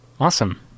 Awesome